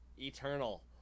eternal